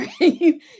right